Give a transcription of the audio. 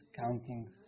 counting